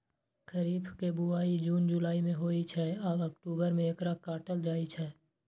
खरीफ के बुआई जुन जुलाई मे होइ छै आ अक्टूबर मे एकरा काटल जाइ छै